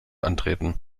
antreten